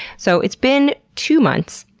so it's been two months,